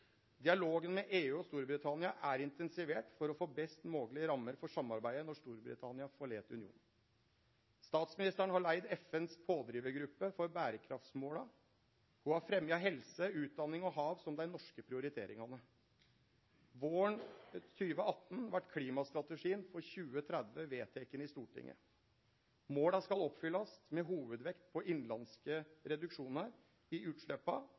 Dialogen med EU og Storbritannia er intensivert for å få best moglege rammer for samarbeidet når Storbritannia forlèt unionen. Statsministeren har leidd FNs pådrivargruppe for berekraftsmåla. Ho har fremja helse, utdanning og hav som dei norske prioriteringane. Våren 2018 vart klimastrategien for 2030 vedteken i Stortinget. Måla skal oppfyllast med hovudvekt på innanlandske reduksjonar i utsleppa